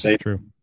true